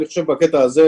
בקטע הזה,